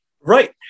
Right